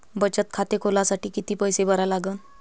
बचत खाते खोलासाठी किती पैसे भरा लागन?